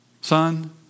Son